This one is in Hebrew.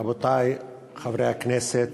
רבותי חברי הכנסת,